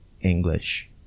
English